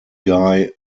guy